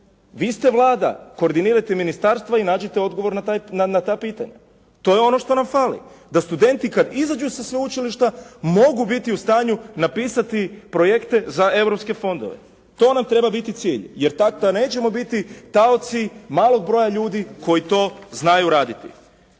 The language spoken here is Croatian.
Vi ste Vlada. Koordinirajte ministarstva i nađite odgovor na ta pitanja. To je ono što nam fali, da studenti kad izađu sa sveučilišta mogu biti u stanju napisati projekte za europske fondove. To nam treba biti cilj, jer nećemo biti taoci malog broja ljudi koji to znaju raditi.